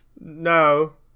No